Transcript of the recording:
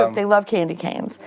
ah they love candy canes.